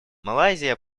малайзия